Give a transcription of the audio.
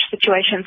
situations